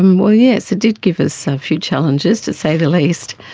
um well yes, it did give us a few challenges, to say the least,